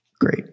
great